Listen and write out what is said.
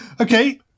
Okay